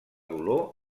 dolor